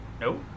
nope